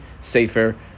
safer